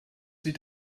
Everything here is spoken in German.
sie